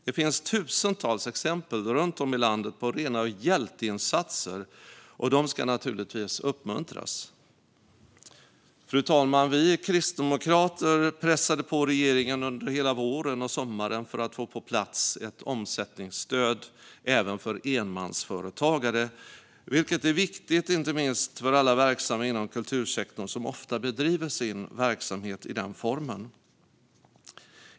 Det finns tusentals exempel runt om i landet på rena hjälteinsatser, och de ska naturligtvis uppmuntras. Fru talman! Vi kristdemokrater pressade på regeringen under hela våren och sommaren för att få på plats ett omsättningsstöd även för enmansföretagare. Ett sådant är viktigt inte minst för alla dem inom kultursektorn som bedriver sin verksamhet i denna form.